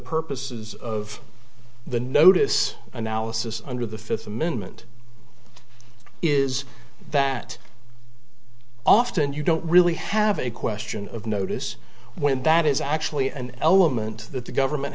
purposes of the notice analysis under the fifth amendment is that often you don't really have a question of notice when that is actually an element that the government